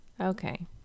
Okay